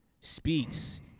speaks